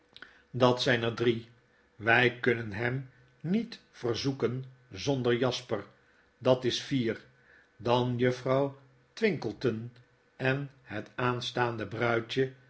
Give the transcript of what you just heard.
dat zyn er drie wy unnen hem niet verzoeken zonder jasper dat is vier dan juffrouw twinkleton en het aanstaande bruidje